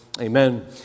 amen